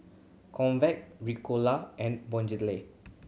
Convatec Ricola and Bonjela